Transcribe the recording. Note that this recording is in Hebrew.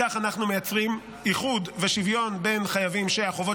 בכך אנחנו מייצרים איחוד ושוויון בין חייבים שהחובות